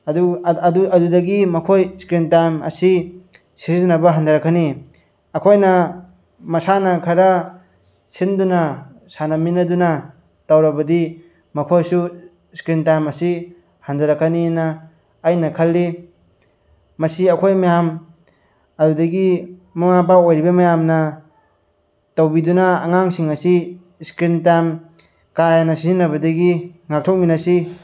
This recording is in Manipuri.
ꯑꯗꯨꯗꯒꯤ ꯃꯈꯣꯏ ꯏꯁꯀ꯭ꯔꯤꯟ ꯇꯥꯏꯝ ꯑꯁꯤ ꯁꯤꯖꯤꯟꯅꯕ ꯍꯟꯗꯔꯛꯀꯅꯤ ꯑꯩꯈꯣꯏꯅ ꯃꯁꯥꯟꯅ ꯈꯔ ꯁꯤꯟꯗꯨꯅ ꯁꯥꯟꯅꯃꯤꯟꯅꯗꯨꯅ ꯇꯧꯔꯕꯗꯤ ꯃꯈꯣꯏꯁꯨ ꯏꯁꯀ꯭ꯔꯤꯟ ꯇꯥꯏꯝ ꯑꯁꯤ ꯍꯟꯗꯔꯛꯀꯅꯤꯅ ꯑꯩꯅ ꯈꯜꯂꯤ ꯃꯁꯤ ꯑꯩꯈꯣꯏ ꯃꯌꯥꯝ ꯑꯗꯨꯗꯒꯤ ꯃꯃꯥ ꯃꯄꯥ ꯑꯣꯏꯔꯤꯕ ꯃꯌꯥꯝꯅ ꯇꯧꯕꯤꯗꯨꯅ ꯑꯉꯥꯡꯁꯤꯡ ꯑꯁꯤ ꯏꯁꯀ꯭ꯔꯤꯟ ꯇꯥꯏꯝ ꯀꯥ ꯍꯦꯟꯅ ꯁꯤꯖꯤꯟꯅꯕꯗꯒꯤ ꯉꯥꯛꯊꯣꯛꯃꯤꯟꯅꯁꯤ